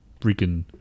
freaking